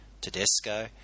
Tedesco